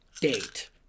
date